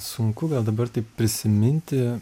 sunku gal dabar taip prisiminti